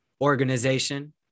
organization